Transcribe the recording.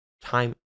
time